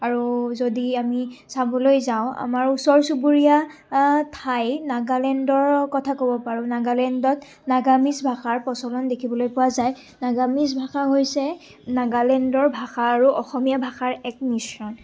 আৰু যদি আমি চাবলৈ যাওঁ আমাৰ ওচৰ চুবুৰীয়া ঠাই নাগালেণ্ডৰ কথা ক'ব পাৰোঁ নাগালেণ্ডত নাগামিজ ভাষাৰ প্ৰচলন দেখিবলৈ পোৱা যায় নাগামিজ ভাষা হৈছে নাগালেণ্ডৰ ভাষা আৰু অসমীয়া ভাষাৰ এক মিশ্ৰণ